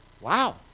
Wow